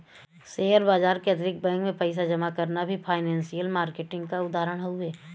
share बाजार के अतिरिक्त बैंक में पइसा जमा करना भी फाइनेंसियल मार्किट क उदाहरण हउवे